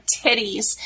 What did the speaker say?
titties